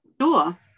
Sure